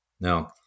Now